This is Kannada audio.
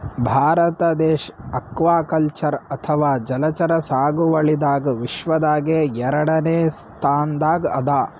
ಭಾರತ ದೇಶ್ ಅಕ್ವಾಕಲ್ಚರ್ ಅಥವಾ ಜಲಚರ ಸಾಗುವಳಿದಾಗ್ ವಿಶ್ವದಾಗೆ ಎರಡನೇ ಸ್ತಾನ್ದಾಗ್ ಅದಾ